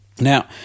Now